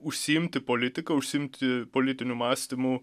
užsiimti politika užsiimti politiniu mąstymu